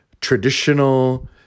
traditional